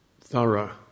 thorough